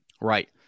right